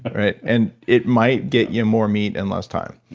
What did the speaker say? right and it might get you more meat in less time.